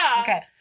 Okay